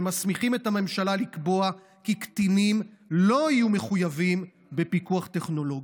ומסמיכים את הממשלה לקבוע כי קטינים לא יהיו מחויבים בפיקוח טכנולוגי.